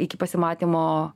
iki pasimatymo